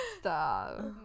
stop